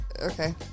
Okay